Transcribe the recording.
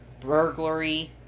burglary